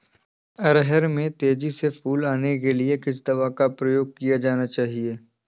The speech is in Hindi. अरहर में तेजी से फूल आने के लिए किस दवा का प्रयोग किया जाना चाहिए?